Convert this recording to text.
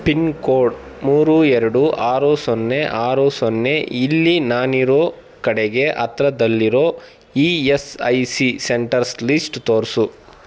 pin code ಮೂರು ಎರಡು ಆರು ಸೊನ್ನೆ ಆರು ಸೊನ್ನೆ ಇಲ್ಲಿ ನಾನಿರೋ ಕಡೆಗೆ ಹತ್ತಿರದಲ್ಲಿರೋ E S I C centres list ತೋರಿಸು